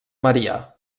maria